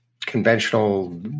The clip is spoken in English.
conventional